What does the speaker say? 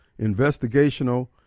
investigational